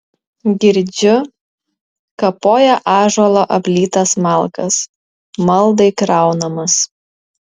girdžiu kapoja ąžuolo aplytas malkas maldai kraunamas